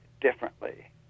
differently